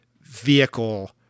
vehicle